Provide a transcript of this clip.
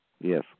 yes